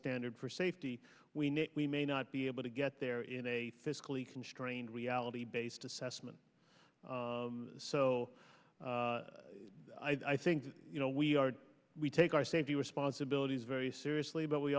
standard for safety we need we may not be able to get there in a fiscally constrained reality based assessment so i think you know we are we take our safety responsibilities very seriously but we